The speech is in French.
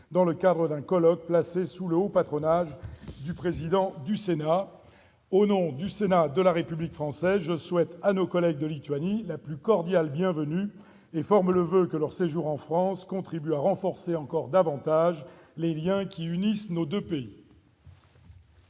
dans le cadre d'un colloque placé sous le haut patronage du Président du Sénat. Au nom du Sénat de la République française, je souhaite à nos collègues de Lituanie la plus cordiale bienvenue et forme le voeu que leur séjour en France contribue à renforcer encore davantage les liens qui unissent nos deux pays.